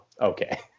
okay